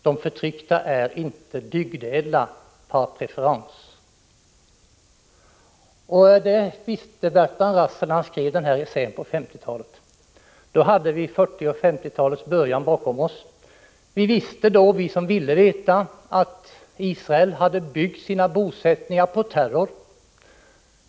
De förtryckta är inte dygdädla, par préférence. Det visste Bertrand Russell när han skrev den här essän på 1950-talet. Då hade vi 1940-talet och 1950-talets början bakom oss. Vi visste då — vi som ville veta — att Israel hade byggt sina bosättningar på terror.